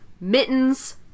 mittens